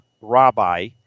Rabbi